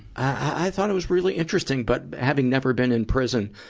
i thought it was really interesting. but, having never been in prison,